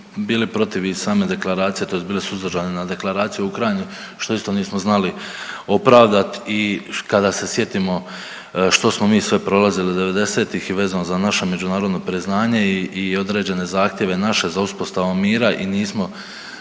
bili i protiv same deklaracije tj. bili su suzdržani na deklaraciju o Ukrajini što isto nismo znali opravdati i kada se sjetimo što smo mi sve prolazili '90-ih i vezano za naše međunarodno priznanje i određene zahtjeve naše za uspostavom mira i nismo